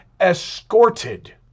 escorted